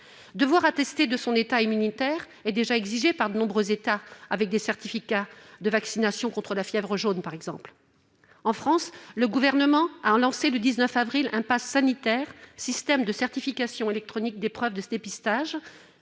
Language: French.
Devoir attester de son état immunitaire est déjà exigé par de nombreux États. Je pense notamment aux certificats de vaccination contre la fièvre jaune. En France, le Gouvernement a lancé le 19 avril un pass sanitaire, système de certification électronique des preuves de dépistage.